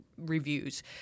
reviews